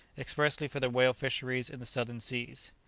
expressly for the whale-fisheries in the southern seas.